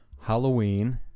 Halloween